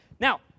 Now